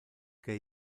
que